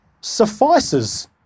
suffices